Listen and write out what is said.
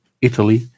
Italy